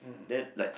then like